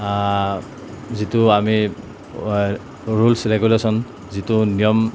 যিটো আমি rules regulations যিটো নিয়ম